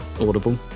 audible